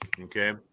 Okay